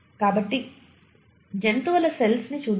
కాబట్టి జంతువుల సెల్స్ ని చూద్దాం